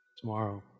Tomorrow